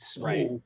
right